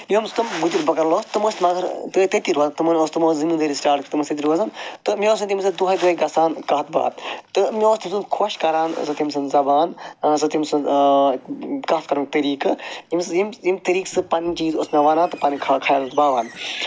یِم تِم گجر بکروال ٲسۍ تِم ٲسۍ تتی روزان تِمن اوس تِمن زٔمیٖندٲری تِمن سۭتۍ روزان تہٕ مےٚ اوس نہٕ تِمن سۭتۍ دۄہے دۄہے گژھان کتھ باتھ تہٕ مےٚ اوس تٔمۍ سنٛد خۄش کران تم سنٛز زبان کتھ کرنُک طریٖقہٕ یِم یِم طریٖقہٕ سُہ پنٕنۍ چیٖز اوس مےٚ ونان تہ پنٕنۍ خیال اوس باوان